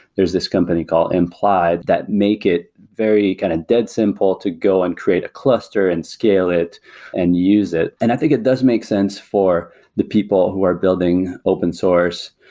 there's this company called implied that make it very kind of dead simple to go and create a cluster and scale it and use it. and i think it does make sense for the people who are building open source,